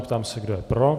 Ptám se, kdo je pro.